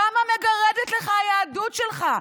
כמה מגרדת לך היהדות שלך?